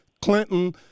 clinton